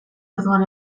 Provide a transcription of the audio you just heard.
orduan